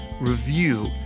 review